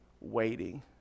waiting